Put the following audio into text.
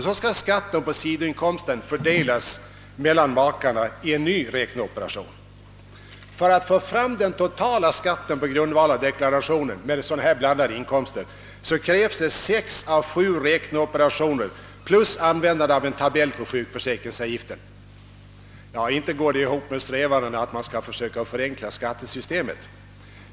Så skall skatten på sidoinkomsten fördelas mellan makarna i en ny räkneoperation. För att få fram den totala skatten på grundval av deklarationen för såda na blandade inkomster krävs sex å sju räkneoperationer plus användande av en tabell för sjukförsäkringsavgiften. — Inte går detta ihop med strävandena att söka förenkla skattesystemet!